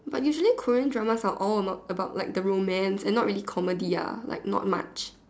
but usually Korean dramas for all about about like the romance and not really comedy ah like not much